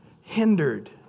hindered